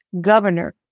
governor